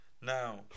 Now